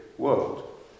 world